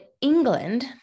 England